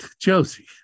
Josie